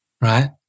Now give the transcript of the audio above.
right